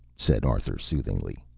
said arthur soothingly.